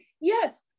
yes